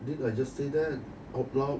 didn't I just say that out loud